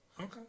Okay